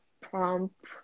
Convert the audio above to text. prompt